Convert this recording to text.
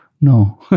no